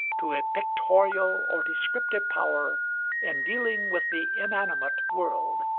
to a pictorial or descriptive power in dealing with the inanimate world,